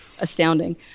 astounding